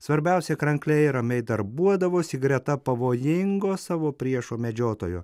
svarbiausia krankliai ramiai darbuodavosi greta pavojingo savo priešo medžiotojo